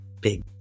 big